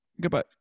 goodbye